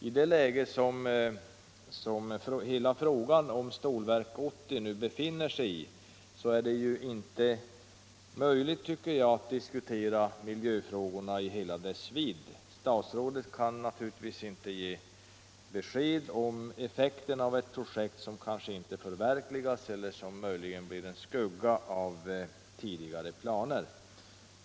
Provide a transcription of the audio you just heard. I det läge som hela frågan om Stålverk 80 nu befinner sig är det inte möjligt att diskutera miljöfrågorna i hela deras vidd. Statsrådet kan naturligtvis inte ge besked om effekterna av ett projekt som kanske inte förverkligas eller som bara blir en skugga av tidigare planer.